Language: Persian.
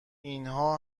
اینها